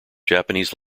japanese